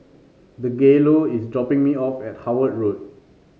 Dangelo is dropping me off at Howard Road